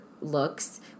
looks